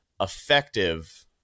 effective